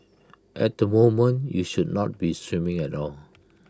at the moment you should not be swimming at all